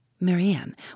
Marianne